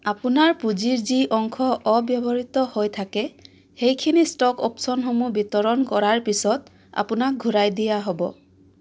আপোনাৰ পুঁজিৰ যি অংশ অব্যৱহৃত হৈ থাকে সেইখিনি ষ্টক অপশ্যনসমূহ বিতৰণ কৰাৰ পিছত আপোনাক ঘূৰাই দিয়া হ'ব